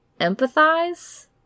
empathize